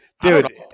dude